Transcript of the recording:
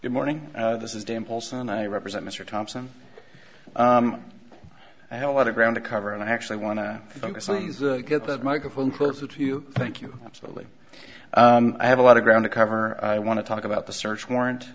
good morning this is dan paulson i represent mr thompson i have a lot of ground to cover and i actually want to focus on get that microphone closer to you thank you absolutely i have a lot of ground to cover i want to talk about the search warrant